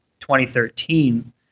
2013